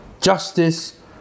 justice